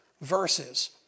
verses